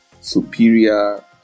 superior